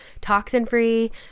toxin-free